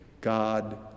God